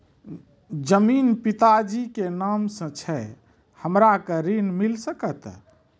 जमीन पिता जी के नाम से छै हमरा के ऋण मिल सकत?